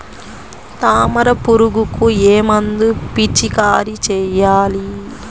తామర పురుగుకు ఏ మందు పిచికారీ చేయాలి?